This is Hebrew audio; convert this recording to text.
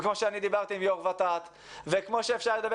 וכמו שאני דיברתי עם יו"ר ות"ת וכמו שאפשר לדבר